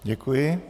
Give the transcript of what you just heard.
Děkuji.